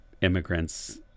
immigrants